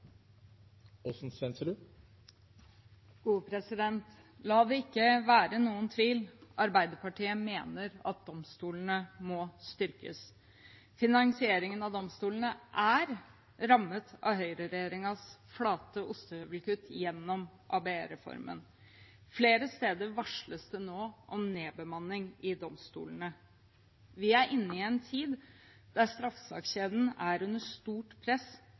La det ikke være noen tvil: Arbeiderpartiet mener at domstolene må styrkes. Finansieringen av domstolene er rammet av høyreregjeringens flate ostehøvelkutt gjennom ABE-reformen. Flere steder varsles det nå om nedbemanning i domstolene. Vi er inne i en tid der straffesakskjeden er under stort press,